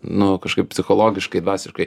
nu kažkaip psichologiškai dvasiškai